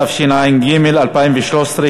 התשע"ג 2013,